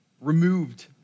removed